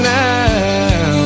now